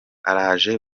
araje